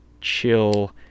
chill